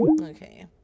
okay